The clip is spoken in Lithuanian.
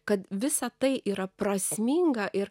kad visa tai yra prasminga ir